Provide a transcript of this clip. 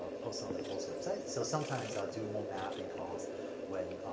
posted on the course website. so sometimes, i'll do more math in class when,